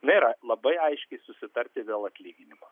na ir labai aiškiai susitarti dėl atlyginimo